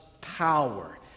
power